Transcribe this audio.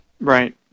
Right